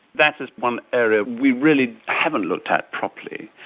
that is one area we really haven't looked at properly.